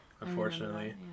unfortunately